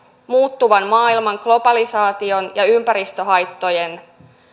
muuttuvan maailman globalisaation ja ympäristöhaittojen